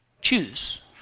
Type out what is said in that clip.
Choose